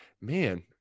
man